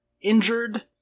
injured